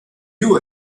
you